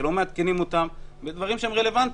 שלא מעדכנים אותם בדברים שהם רלוונטיים.